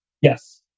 yes